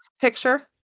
picture